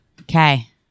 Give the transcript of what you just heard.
Okay